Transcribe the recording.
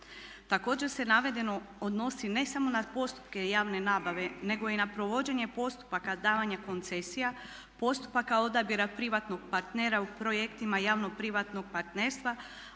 Također se navedeno odnosni ne samo na postupke javne nabave nego i na provođenje postupaka davanja koncesija, postupaka odabira privatnog partnera u projektima javno-privatnog partnerstva